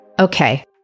Okay